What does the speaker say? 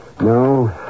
no